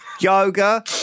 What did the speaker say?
yoga